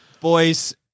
Boys